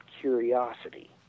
curiosity